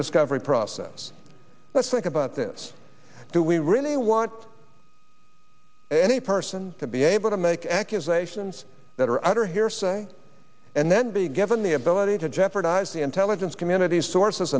discovery process let's think about this do we really want any person to be able to make accusations that are under hearsay and then be given the ability to jeopardize the intelligence community's sources